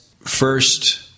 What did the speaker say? first